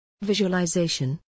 Visualization